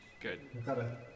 Good